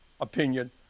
opinion